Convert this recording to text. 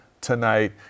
tonight